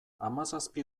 hamazazpi